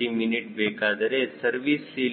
ftmin ಬೇಕಾದರೆ service ceiling